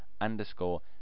underscore